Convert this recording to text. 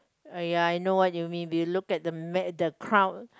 !aiya! I know what you mean we look at the mad the crowd